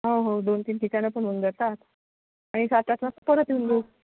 हो हो दोन तीन ठिकाणं पण होऊन जातात आणि सात आठ वाजता परत येऊन जाऊ